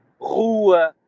rua